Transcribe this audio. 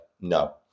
No